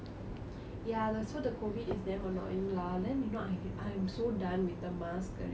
ya the so the COVID is damn annoying lah then you know I'm I'm so done with the mask already